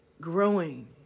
growing